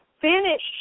finish